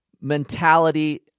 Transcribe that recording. mentality